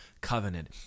covenant